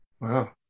Wow